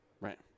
Right